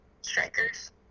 strikers